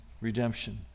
redemption